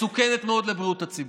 מסוכנת מאוד לבריאות הציבור.